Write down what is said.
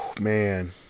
Man